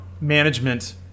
management